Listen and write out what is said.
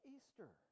Easter